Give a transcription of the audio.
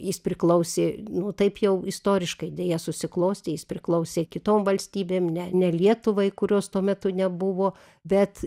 jis priklausė nu taip jau istoriškai deja susiklostė jis priklausė kitom valstybėm ne ne lietuvai kurios tuo metu nebuvo bet